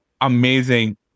amazing